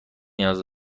نیاز